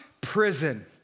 Prison